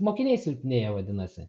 mokiniai silpnėja vadinasi